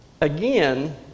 Again